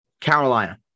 Carolina